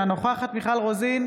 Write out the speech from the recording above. אינה נוכחת מיכל רוזין,